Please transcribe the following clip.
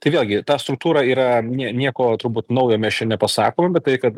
tai vėlgi ta struktūra yra ne nieko turbūt naujo mes čia nepasakom bet tai kad